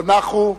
לא נחו,